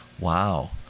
wow